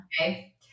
okay